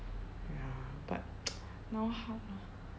ya but now how now